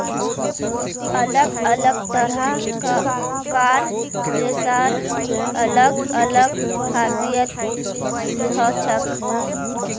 अलग अलग तरह कार रेशार अलग अलग खासियत हछेक